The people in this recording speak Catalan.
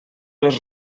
les